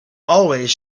always